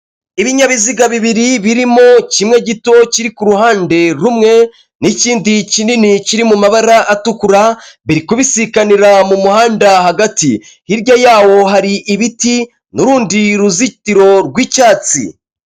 Ibinyabiziga bibiri birimo kimwe gito, kimwe kiri kuruhande rumwe n'kindi kinini kiri mu mabara atukura biri kubisikanira mu muhanda hagati hirya yaho hari ibiti nurundi ruzitiro rwicyatsi.